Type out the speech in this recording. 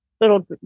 little